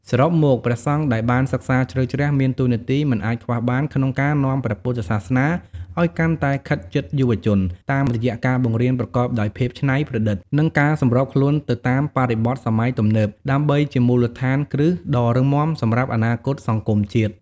សរុបមក ព្រះសង្ឃដែលបានសិក្សាជ្រៅជ្រះមានតួនាទីមិនអាចខ្វះបានក្នុងការនាំព្រះពុទ្ធសាសនាឱ្យកាន់តែខិតជិតយុវជន តាមរយៈការបង្រៀនប្រកបដោយភាពច្នៃប្រឌិត និងការសម្របខ្លួនទៅតាមបរិបទសម័យទំនើប ដើម្បីជាមូលដ្ឋានគ្រឹះដ៏រឹងមាំសម្រាប់អនាគតសង្គមជាតិ។